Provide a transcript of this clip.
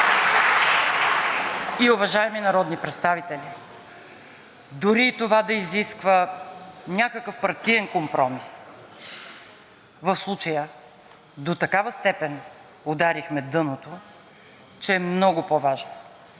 И, уважаеми народни представители, дори и това да изисква някакъв партиен компромис, в случая до такава степен ударихме дъното, че е много по-важно